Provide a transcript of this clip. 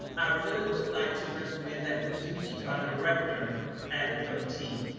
i really would like to recommend that we do keep our director at the thirteen.